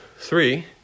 three